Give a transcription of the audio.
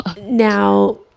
now